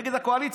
נגד הקואליציה.